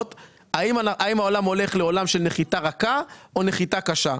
האם העולם הולך לעולם של נחיתה רכה או נחיתה קשה.